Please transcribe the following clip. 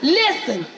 listen